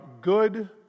Good